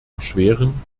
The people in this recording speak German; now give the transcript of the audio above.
erschweren